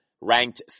ranked